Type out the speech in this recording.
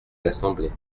l’assemblée